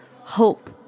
hope